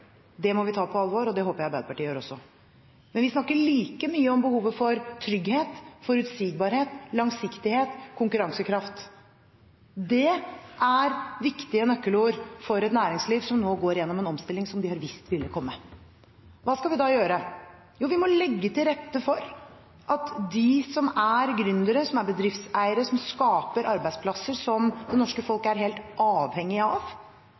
Det må vi ta på alvor, og det håper jeg også Arbeiderpartiet gjør. Men vi snakker like mye om behovet for trygghet, forutsigbarhet, langsiktighet og konkurransekraft. Det er viktige nøkkelord for et næringsliv som nå går gjennom en omstilling som de har visst ville komme. Hva skal vi gjøre? Jo, vi må legge til rette for at de som er gründere, som er bedriftseiere, som skaper arbeidsplasser som det norske folk er helt avhengig av,